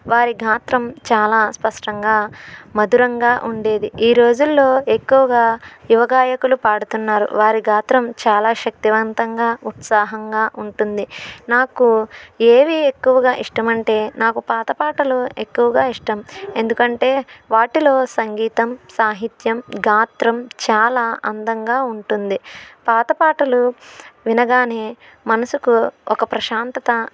వారి గాత్రం చాలా స్పష్టంగా మధురంగా ఉండేది ఈ రోజుల్లో ఎక్కువగా యువగాయకులు పాడుతున్నారు వారి గాత్రం చాలా శక్తివంతంగా ఉత్సాహంగా ఉంటుంది నాకు ఏవి ఎక్కువగా ఇష్టమంటే నాకు పాత పాటలు ఎక్కువగా ఇష్టం ఎందుకంటే వాటిలో సంగీతం సాహిత్యం గాత్రం చాలా అందంగా ఉంటుంది పాత పాటలు వినగానే మనసుకు ఒక ప్రశాంతత